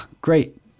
great